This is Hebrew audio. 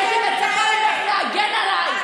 הייתי מצפה ממך להגן עליי,